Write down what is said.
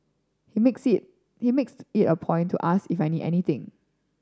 he makes it he makes it a point to ask if I need anything